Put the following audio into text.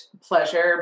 pleasure